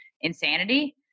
insanity